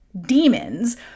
demons